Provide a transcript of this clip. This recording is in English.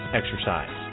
exercise